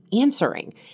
answering